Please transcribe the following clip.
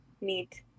Neat